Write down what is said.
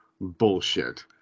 bullshit